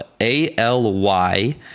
A-L-Y